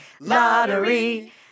lottery